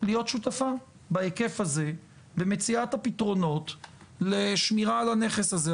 להיות שותפה בהיקף הזה במציאת הפתרונות לשמירה על הנכס הזה,